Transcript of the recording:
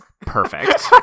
perfect